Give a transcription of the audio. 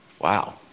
Wow